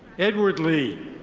edward lee.